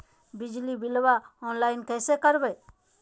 बिजली बिलाबा ऑनलाइन कैसे करबै?